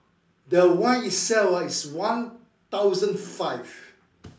the wine itself ah is one thousand five